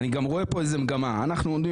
אני גם רואה פה איזו מגמה אנחנו עומדים